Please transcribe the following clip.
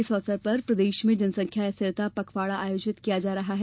इस अवसर पर प्रदेश में जनसंख्या रिथरता पखवाड़ा आयोजित किया जा रहा है